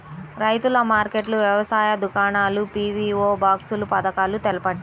రైతుల మార్కెట్లు, వ్యవసాయ దుకాణాలు, పీ.వీ.ఓ బాక్స్ పథకాలు తెలుపండి?